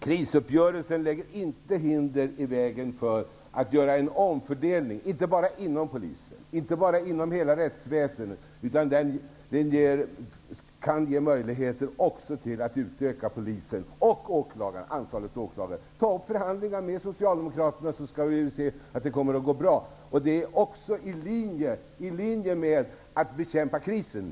Krisuppgörelsen lägger inte hinder i vägen för en omfördelning inom hela rättsväsendet. Det kan ge möjligheter att utöka polisorganisationen och antalet åklagare. Ta upp förhandlingar med Socialdemokraterna, så skall ni se att det kommer att gå bra! Det ligger också i linje med att bekämpa krisen.